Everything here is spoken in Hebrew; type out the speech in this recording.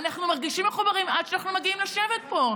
אנחנו מרגישים מחוברים עד שאנחנו מגיעים לשבת פה.